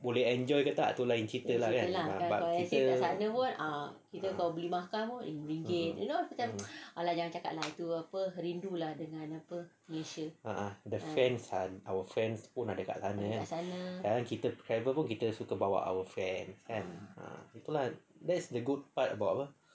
boleh enjoy ke tak itu lain cerita lah kan bab kita a'ah the fans ah our friends pun ada kat sana kadang kita travel pun kita suka bawa our friends kan ah itu lah that's the good part about apa